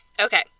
Okay